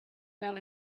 fell